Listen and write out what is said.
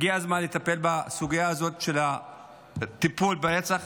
הגיע הזמן לטפל בסוגיה הזאת של הטיפול ברצח.